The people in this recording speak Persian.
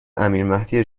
امیرمهدی